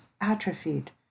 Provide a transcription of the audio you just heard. atrophied